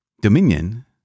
dominion